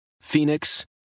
Phoenix